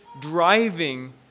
driving